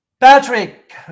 patrick